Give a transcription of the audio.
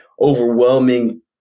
overwhelming